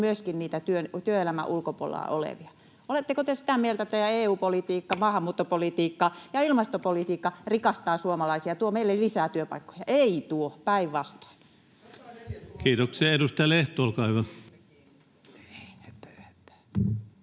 myöskin niitä työelämän ulkopuolella olevia. Oletteko te sitä mieltä, että teidän EU-politiikka, maahanmuuttopolitiikka ja ilmastopolitiikka rikastavat suomalaisia, tuovat meille lisää työpaikkoja? Eivät tuo, päinvastoin. [Aki Lindénin välihuuto] Kiitoksia. — Edustaja Lehto, olkaa hyvä. Arvoisa